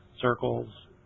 circles